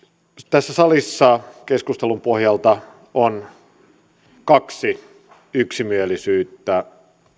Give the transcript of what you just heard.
tässä salissa on keskustelun pohjalta kaksi yksimielisyyttä